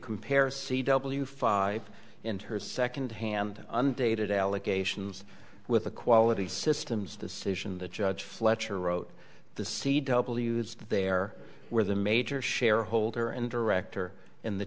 compare c w five in her second hand undated allegations with a quality systems decision the judge fletcher wrote the c w there were the major shareholder and director in the